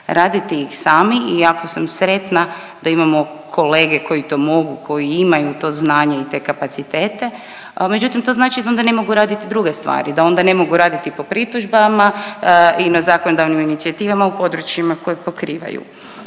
raditi ih sami i jako sam sretna da imamo kolege koji to mogu, koji imaju to znanje i te kapacitete, međutim to znači da onda ne mogu radit druge stvari, da onda ne mogu raditi po pritužbama i na zakonodavnim inicijativama u područjima koje pokrivaju.